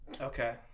Okay